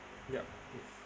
yup